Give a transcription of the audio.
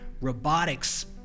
robotics